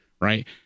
Right